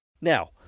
Now